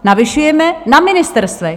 Navyšujeme na ministerstvech.